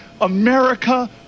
America